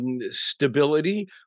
stability